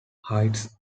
heights